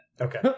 Okay